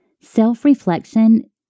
Self-reflection